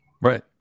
right